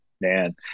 Man